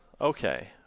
okay